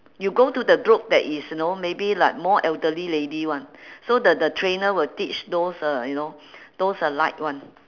you go to the group that is you know maybe like more elderly lady [one] so the the trainer will teach those uh you know those uh light one